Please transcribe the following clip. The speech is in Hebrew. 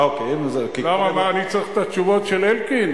למה, מה, אני צריך את התשובות של אלקין?